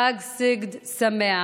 חג סיגד שמח,